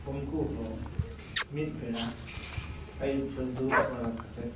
ᱩᱱᱠᱩ ᱦᱚᱸ ᱢᱤᱫ ᱯᱮᱲᱟ ᱟᱹᱭᱩᱵ ᱪᱷᱚᱴ ᱫᱩᱲᱩᱵ ᱵᱟᱲᱟ ᱠᱟᱛᱮᱫ